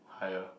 higher